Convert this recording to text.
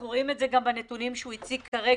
אנחנו רואים את זה גם בנתונים שהוא הציג כרגע,